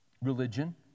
religion